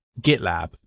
gitlab